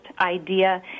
idea